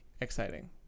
exciting